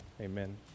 amen